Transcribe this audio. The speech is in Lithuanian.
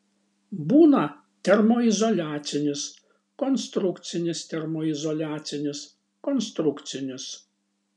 būna termoizoliacinis konstrukcinis termoizoliacinis konstrukcinis